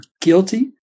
guilty